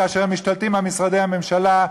כאשר משתלטים על משרדי הממשלה,